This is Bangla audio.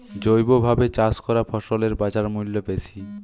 জৈবভাবে চাষ করা ফসলের বাজারমূল্য বেশি